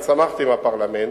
אני צמחתי מהפרלמנט,